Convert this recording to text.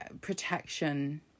protection